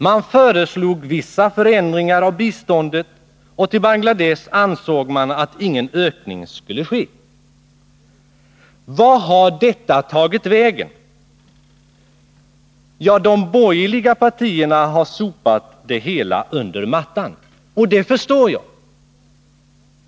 Man föreslog vissa förändringar av biståndet, och till Bangladesh ansåg man att ingen ökning skulle ske. Vart har detta tagit vägen? Jo, de borgerliga partierna har sopat det hela under mattan, och det förstår jag.